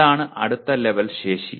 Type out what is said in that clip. അതാണ് അടുത്ത ലെവൽ ശേഷി